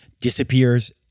disappears